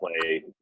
play